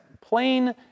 plain